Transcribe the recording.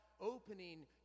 opening